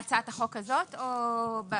בהצעת החוק הזאת או בהמשך?